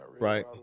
Right